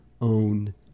own